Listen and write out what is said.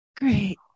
great